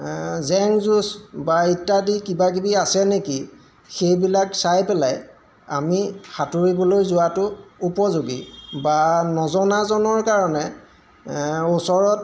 জেং যুঁজ বা ইত্যাদি কিবাকিবি আছে নেকি সেইবিলাক চাই পেলাই আমি সাঁতুৰিবলৈ যোৱাটো উপযোগী বা নজনাজনৰ কাৰণে ওচৰত